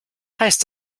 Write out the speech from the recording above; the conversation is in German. heißt